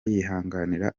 yihanganira